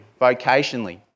vocationally